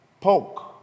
Pork